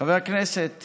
חבר הכנסת